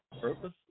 purpose